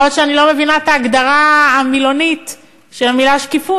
יכול להיות שאני לא מבינה את ההגדרה המילונית של המילה שקיפות,